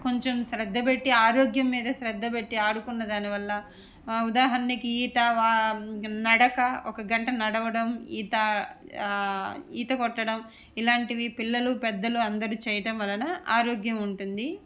కొంచెం శ్రద్ధ పెట్టి ఆరోగ్యం మీద శ్రద్ధ పెట్టి ఆడుకున్న దానివల్ల ఉదాహరణకి ఈత నడక ఒక గంట నడవడం ఈత ఈత కొట్టడం ఇలాంటివి పిల్లలు పెద్దలు అందరు చేయటం వలన ఆరోగ్యం ఉంటుంది